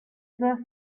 were